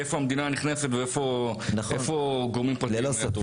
איפה המדינה נכנסת ואיפה גורמים פרטיים ותורמים.